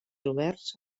oberts